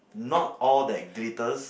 not all that glitters